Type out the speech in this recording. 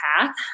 path